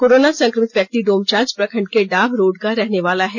corona संक्रमित व्यक्ति डोमचांच प्रखंड के ढाब रोड का रहने वाला है